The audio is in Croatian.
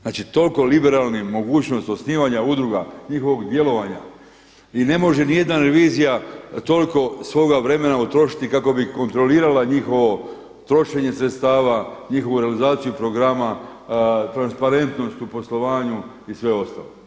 Znači toliko liberalna mogućnost osnivanja udruga, njihovog djelovanja i ne može niti jedna revizija toliko svoga vremena utrošiti kako bi kontrolirala njihovo trošenje sredstava, njihovu realizaciju programa, transparentnost u poslovanju i sve ostalo.